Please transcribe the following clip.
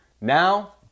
Now